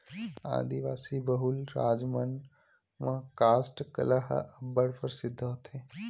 आदिवासी बहुल राज मन म कास्ठ कला ह अब्बड़ परसिद्ध होथे